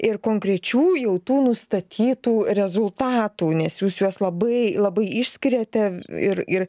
ir konkrečių jau tų nustatytų rezultatų nes jūs juos labai labai išskiriate ir ir